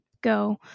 go